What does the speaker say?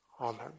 Amen